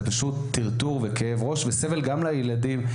זה פשוט טרטור וכאב ראש, וסבל גם לילדים.